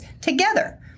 together